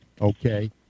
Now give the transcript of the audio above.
okay